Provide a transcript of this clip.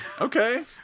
Okay